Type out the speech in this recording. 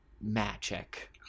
Magic